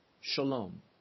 Shalom